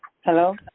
Hello